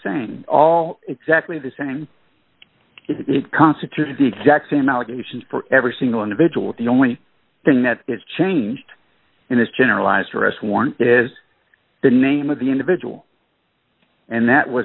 same all exactly the same it constituted the exact same allegations for every single individual the only thing that is changed in this generalized arrest warrant is the name of the individual and that was